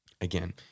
Again